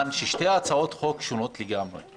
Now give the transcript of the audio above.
הוא שאלו שתי הצעות חוק שונות לגמרי.